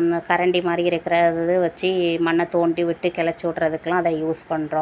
அந்த கரண்டி மாதிரி இருக்கிற அதை வச்சு மண்ணைத் தோண்டிவிட்டு களச்சி விட்றதுக்குலாம் அதை யூஸ் பண்ணுறோம்